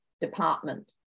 department